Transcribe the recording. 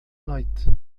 noite